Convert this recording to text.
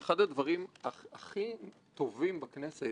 החבר'ה האלה לימדו אותי באמת דברים חדשים,